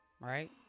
right